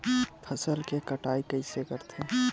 फसल के कटाई कइसे करथे?